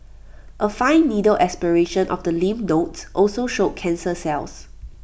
A fine needle aspiration of the lymph nodes also showed cancer cells